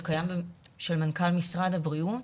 מנכ"ל משרד הבריאות.